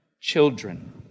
children